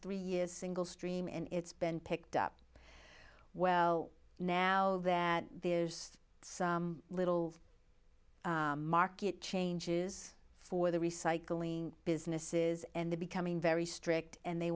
three years single stream and it's been picked up well now that there's some little market changes for the recycling businesses and the becoming very strict and they